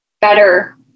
better